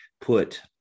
put